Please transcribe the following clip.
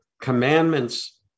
commandments